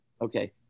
Okay